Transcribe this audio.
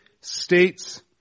states